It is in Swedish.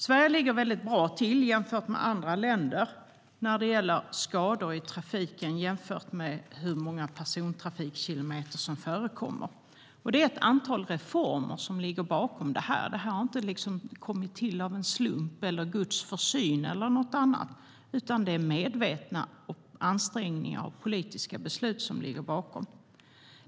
Sverige ligger mycket bra till jämfört med andra länder när det gäller skador i trafiken i förhållande till hur många persontrafikkilometer som förekommer. Det är ett antal reformer som ligger bakom detta. Det har inte kommit till av en slump, genom Guds försyn eller något annat, utan det är medvetna ansträngningar och politiska beslut som ligger bakom.